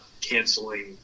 canceling